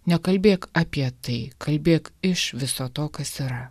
nekalbėk apie tai kalbėk iš viso to kas yra